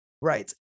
right